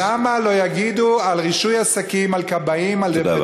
למה לא יגידו על רישוי עסקים, על כבאים, תודה רבה.